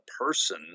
person